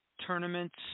tournaments